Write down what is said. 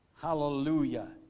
Hallelujah